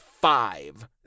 five